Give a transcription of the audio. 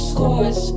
Scores